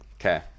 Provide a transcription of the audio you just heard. okay